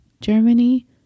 Germany